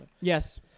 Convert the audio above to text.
Yes